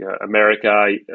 America